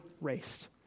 raced